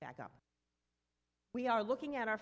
back up we are looking at our